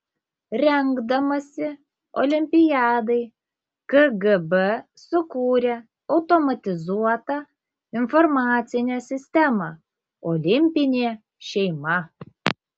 rengdamasi olimpiadai kgb sukūrė automatizuotą informacinę sistemą olimpinė šeima